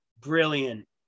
Brilliant